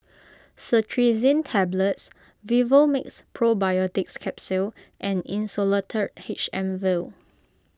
Cetirizine Tablets Vivomixx Probiotics Capsule and Insulatard H M Vial